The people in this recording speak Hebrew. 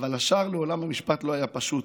אבל השער לעולם המשפט לא היה פשוט: